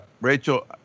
Rachel